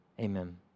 Amen